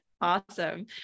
Awesome